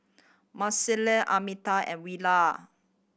Marcellus Almeta and Willia